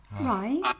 Right